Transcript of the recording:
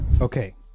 Okay